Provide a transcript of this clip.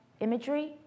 imagery